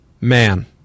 man